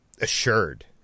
assured